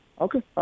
Okay